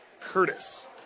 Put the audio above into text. Curtis